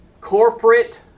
corporate